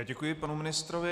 Děkuji panu ministrovi.